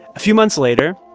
few months later,